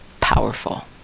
powerful